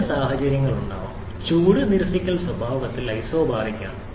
രണ്ട് സാഹചര്യങ്ങളിലും ചൂട് നിരസിക്കൽ സ്വഭാവത്തിൽ ഐസോബറിക് ആണ്